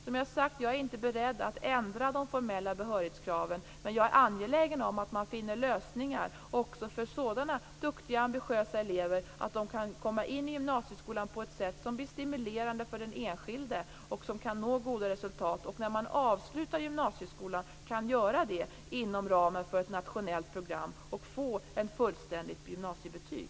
Som jag har sagt tidigare är jag inte beredd att ändra de formella behörighetskraven, men jag är angelägen om att man finner lösningar också för sådana duktiga och ambitiösa elever så att de kan komma in i gymnasieskolan på ett sätt som blir stimulerande för den enskilde och ger goda resultat. När man avslutar gymnasieskolan skall man kunna göra det inom ramen för ett nationellt program och få ett fullständigt gymnasiebetyg.